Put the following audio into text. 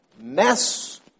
mess